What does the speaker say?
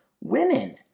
women